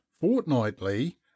fortnightly